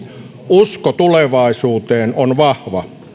usko tulevaisuuteen on vahva